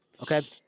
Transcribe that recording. okay